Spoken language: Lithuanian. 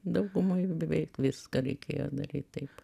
daugumoj beveik viską reikėjo daryt taip